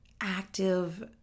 active